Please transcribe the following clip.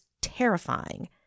terrifying